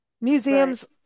museums